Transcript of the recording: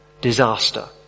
Disaster